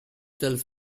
tells